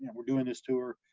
and we're doing this tour,